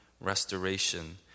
restoration